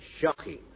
Shocking